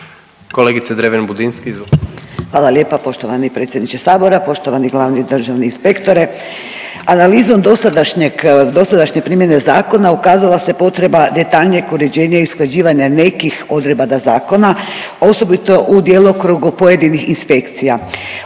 izvolite. **Dreven Budinski, Nadica (HDZ)** Hvala lijepa poštovani potpredsjedniče sabora. Poštovani glavni državni inspektore, analizom dosadašnjeg, dosadašnje primjene zakona ukazala se potreba detaljnijeg uređenja i usklađivanja nekih odredaba zakona osobito u djelokrugu pojedinih inspekcija.